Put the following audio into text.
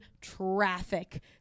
traffic